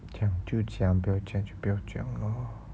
讲就讲不要讲就不要讲 lor